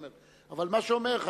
לא שאדוני רוצה ללכת,